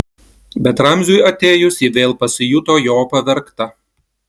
bet ramziui atėjus ji vėl pasijuto jo pavergta